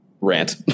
rant